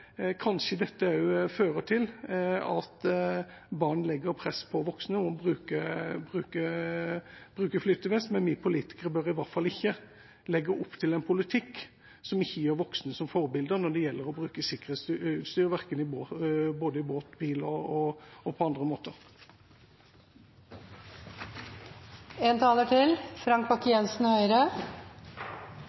kanskje dette kunne føre til at barn legger press på voksne om å bruke flytevest. Vi politikere bør i hvert fall ikke legge opp til en politikk som ikke gjør voksne til forbilder når det gjelder å bruke sikkerhetsutstyr, både i båt, i bil og på andre måter. Jeg tok den strenge nakken til